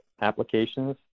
applications